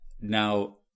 Now